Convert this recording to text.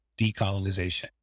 decolonization